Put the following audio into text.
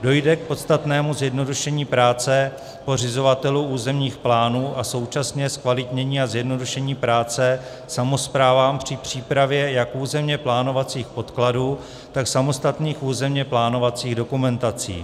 Dojde k podstatnému zjednodušení práce pořizovatelů územních plánů a současně zkvalitnění a zjednodušení práce samospráv při přípravě jak územně plánovacích podkladů, tak samostatných územně plánovacích dokumentací.